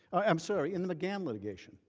i'm sorry, in the mcgann litigation,